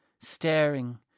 staring